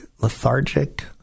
lethargic